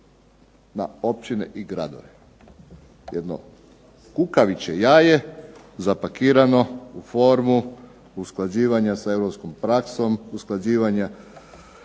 na općine i gradove, jedno kukavičje jaje zapakirano u formu usklađivanja sa Europskom sa europskom praksom, usklađivanja